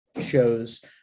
shows